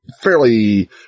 fairly